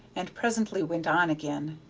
and presently went on again,